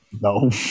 No